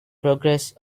progress